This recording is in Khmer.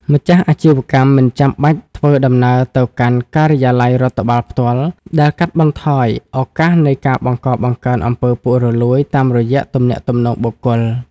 ម្ចាស់អាជីវកម្មមិនចាំបាច់ធ្វើដំណើរទៅកាន់ការិយាល័យរដ្ឋបាលផ្ទាល់ ដែលកាត់បន្ថយឱកាសនៃការបង្កបង្កើន អំពើពុករលួយ តាមរយៈទំនាក់ទំនងបុគ្គល។